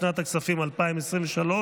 לשנת הכספים 2023,